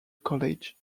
college